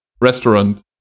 restaurant